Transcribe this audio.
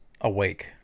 awake